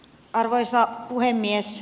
arvoisa puhemies